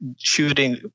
shooting